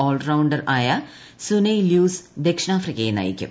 all rounder ആയ Sune Luus ദക്ഷിണാഫ്രിക്കയെ നയിക്കും